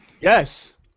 Yes